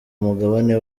mugabane